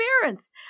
parents